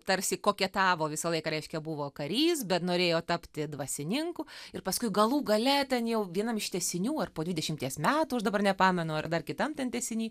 tarsi koketavo visą laiką reiškia buvo karys bet norėjo tapti dvasininku ir paskui galų gale ten jau vienam iš tęsinių ar po dvidešimties metų aš dabar nepamenu ar dar kitam ten tęsiny